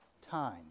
time